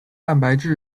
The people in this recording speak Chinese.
蛋白质